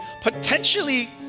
potentially